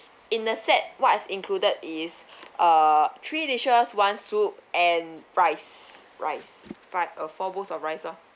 in the set what's included is uh three dishes one soup and rice rice rice uh four bowls of rice lor